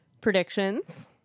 predictions